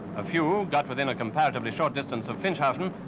a few got within a comparatively short distance of finschhafen,